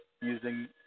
using